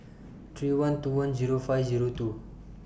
three one two one Zero five Zero two